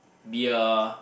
be a